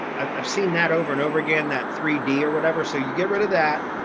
i've seen that over and over again, that three d or whatever, so you get rid of that.